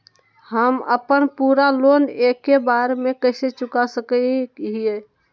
हम अपन पूरा लोन एके बार में कैसे चुका सकई हियई?